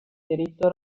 diritto